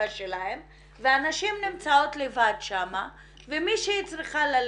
שלהם והנשים נמצאות לבד שם ומישהי צריכה ללדת.